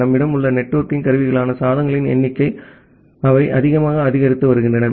நம்மிடம் உள்ள நெட்வொர்க்கிங் கருவிகளான சாதனங்களின் எண்ணிக்கை அவை அதிவேகமாக அதிகரித்து வருகின்றன